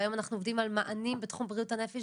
והיום אנחנו עובדים על מענים בתחום בריאות הנפש,